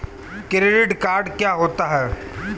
Credit card क्या होता है?